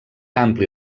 ampli